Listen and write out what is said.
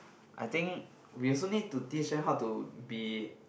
I think we also need to teach them how to be